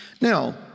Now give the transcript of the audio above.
Now